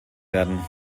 werden